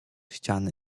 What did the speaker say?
ściany